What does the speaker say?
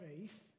faith